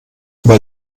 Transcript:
weil